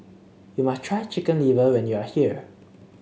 you must try Chicken Liver when you are here